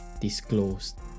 disclosed